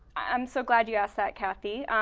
i'm so glad you asked that, cathy.